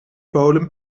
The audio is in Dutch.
polen